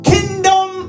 Kingdom